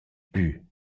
plü